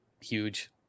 huge